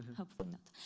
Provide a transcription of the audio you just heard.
hopefully not.